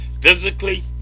physically